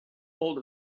hold